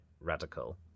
radical